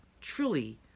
truly